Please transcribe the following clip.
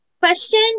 Question